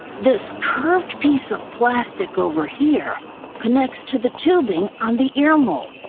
this curved piece of plastic over here connects to the tubing on the ear mold.